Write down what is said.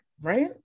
right